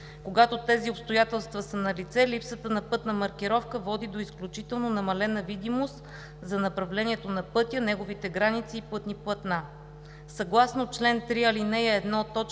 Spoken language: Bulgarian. Когато тези обстоятелства са налице, липсата на пътна маркировка води до изключително намалена видимост за направлението на пътя, неговите граници и пътни платна.“